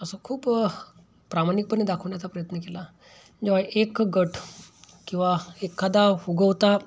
असं खूप प्रामाणिकपणे दाखवण्याचा प्रयत्न केला जेव्हा एक गट किंवा एखादा उगवता